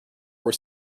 were